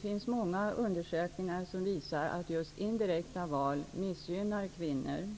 finns många undersökningar som visar att indirekta val missgynnar kvinnor.